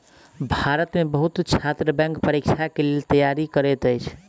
भारत में बहुत छात्र बैंक परीक्षा के लेल तैयारी करैत अछि